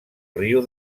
riu